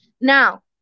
Now